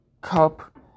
Cup